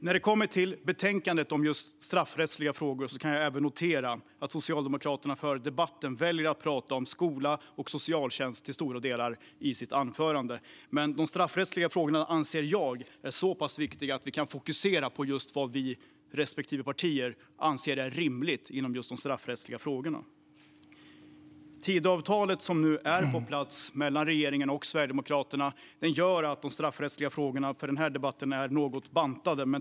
Jag noterar att Socialdemokraternas företrädare i debatten om betänkandet Straffrättsliga frågor väljer att till stora delar prata om skola och socialtjänst i sitt anförande. Men de straffrättsliga frågorna anser jag är så pass viktiga att vi borde kunna fokusera på vad vi respektive partier anser är rimligt inom just dessa frågor. Tidöavtalet, som nu är på plats, mellan regeringen och Sverigedemokraterna gör att de straffrättsliga frågorna för den här debatten är något bantade.